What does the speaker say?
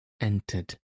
entered